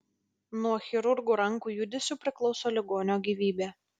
nuo chirurgų rankų judesių priklauso ligonio gyvybė